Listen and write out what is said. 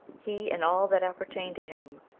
he, and all that appertain to him,